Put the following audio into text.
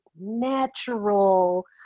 natural